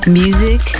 music